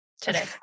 today